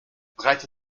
breite